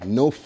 no